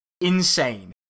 insane